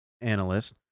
analyst